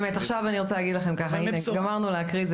גמרנו להקריא.